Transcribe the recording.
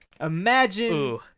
imagine